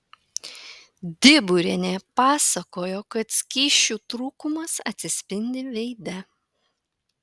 diburienė pasakojo kad skysčių trūkumas atsispindi veide